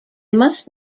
must